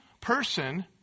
person